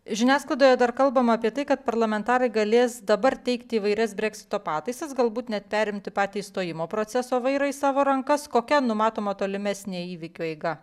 žiniasklaidoje dar kalbama apie tai kad parlamentarai galės dabar teikti įvairias breksito pataisas galbūt net perimti patį išstojimo proceso vairą į savo rankas kokia numatoma tolimesnė įvykių eiga